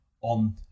on